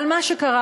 אבל מה שקרה